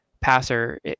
passer